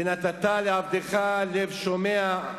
ונתת לעבדך לב שומע,